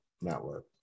network